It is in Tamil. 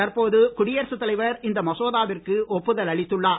தற்போது குடியரசுத் தலைவர் இந்த மசோதாவிற்கு ஒப்புதல் அளித்துள்ளார்